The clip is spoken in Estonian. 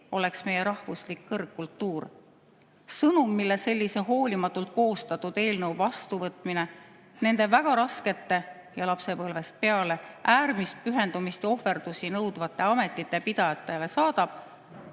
oleks meie rahvuslik kõrgkultuur? Sõnum, mille sellise hoolimatult koostatud eelnõu vastuvõtmine nende väga raskete ja lapsepõlvest peale äärmist pühendumist ja ohverdusi nõudvate ametite pidajatele saadab,